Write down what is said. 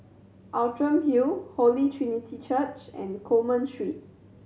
Outram Hill Holy Trinity Church and Coleman Street